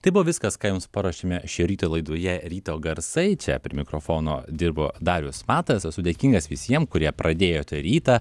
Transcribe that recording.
tai buvo viskas ką jums paruošėme šįryt laidoje ryto garsai čia prie mikrofono dirbo darius matas esu dėkingas visiem kurie pradėjote rytą